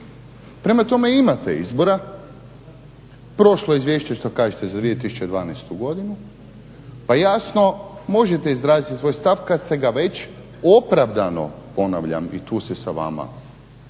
Prema tome, imate izbora. Prošlo izvješće što kažete za 2012. godinu pa jasno možete izraziti svoj stav kad ste ga već opravdano, ponavljam i tu se sa vama